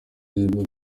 ivuga